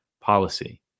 policy